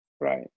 Right